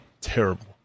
Terrible